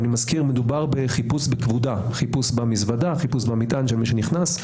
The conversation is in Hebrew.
ואני מזכיר מדובר בחיפוש בכבודה במזוודה של מי שנכנס.